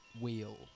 wheel